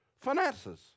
finances